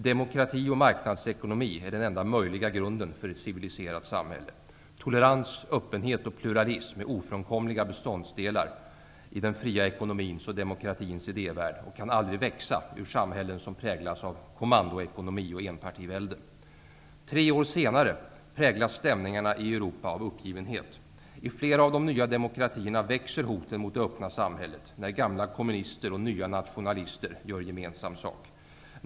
Demokrati och marknadsekonomi är den enda möjliga grunden för ett civiliserat samhälle. Tolerans, öppenhet och pluralism är ofrånkomliga beståndsdelar i den fria ekonomins och demokratins idévärld och kan aldrig växa ur samhällen som präglas av kommandoekonomi och enpartivälde. Tre år senare präglas stämningarna i Europa av uppgivenhet. I flera av de nya demokratierna växer hoten mot det öppna samhället, när gamla kommunister och nya nationalister gör gemensam sak.